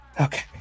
Okay